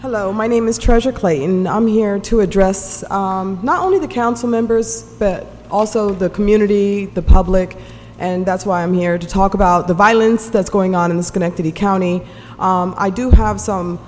hello my name is treasurer clay in i'm here to address not only the council members bed also the community the public and that's why i'm here to talk about the violence that's going on in schenectady county i do have some